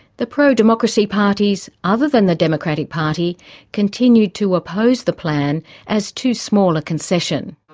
the pro-democracy parties other than the democratic party continued to oppose the plan as too small a concession.